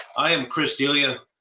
i am chris d'elia,